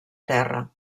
terra